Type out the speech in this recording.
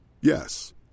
Yes